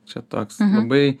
čia toks labai